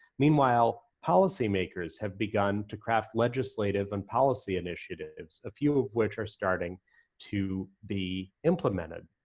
meanwhile, policymakers have begun to craft legislative and policy initiatives, a few of which are starting to be implemented.